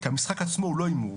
כי המשחק עצמו הוא לא הימור.